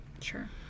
Sure